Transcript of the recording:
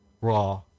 raw